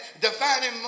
defining